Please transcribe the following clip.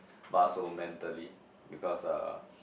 but also mentally because uh